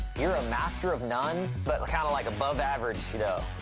you're a master of none, but kind of like above average though.